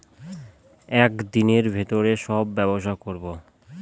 এক দিনের ভিতরে সব ব্যবসা করবো